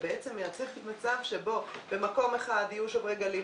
ובעצם מייצרת מצב שבו במקום אחד יהיו שוברי גלים,